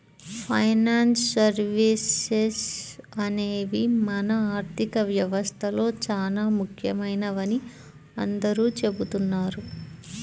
finance services అనేవి మన ఆర్థిక వ్యవస్థలో చానా ముఖ్యమైనవని అందరూ చెబుతున్నారు